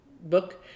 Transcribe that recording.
book